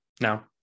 Now